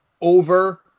over